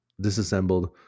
disassembled